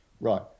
right